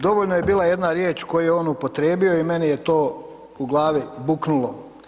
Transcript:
Dovoljno je bila jedna riječ koju je on upotrijebio i meni je to u glavi buknulo.